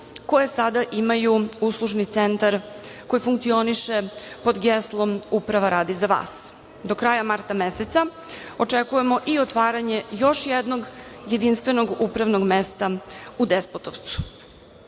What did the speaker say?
koje sada imaju uslužni centar koji funkcioniše pod geslom uprava radi za vas. Do kraja marta meseca očekujemo i otvaranje još jednog jedinstvenog upravnog mesta u Despotovcu.U